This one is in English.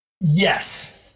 Yes